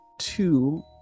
Two